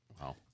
Wow